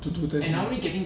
two two ten only